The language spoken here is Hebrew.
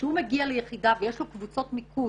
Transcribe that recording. כשהוא מגיע ליחידה וישי לו קבוצות מיקוד